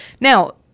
Now